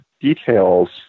details